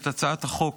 את הצעת החוק